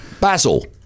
Basil